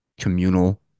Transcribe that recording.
communal